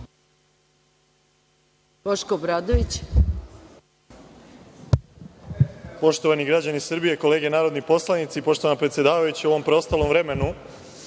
Poštovani građani Srbije, kolege narodni poslanici, poštovana predsedavajuća, u ovom preostalom vremenu